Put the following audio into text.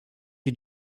you